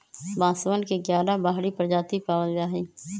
बांसवन के ग्यारह बाहरी प्रजाति पावल जाहई